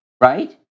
right